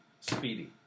Speedy